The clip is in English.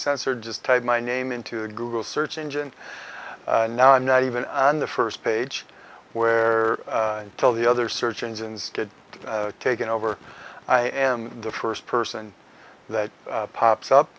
censored just type my name into google search engine and now i'm not even on the first page where tell the other search engines to take it over i am the first person that pops up